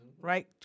right